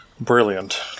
brilliant